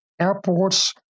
airports